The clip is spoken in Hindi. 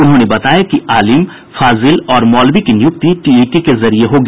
उन्होंने बताया कि आलिम फाजिल और मौलवी की नियुक्ति टीईटी के जरिये होगी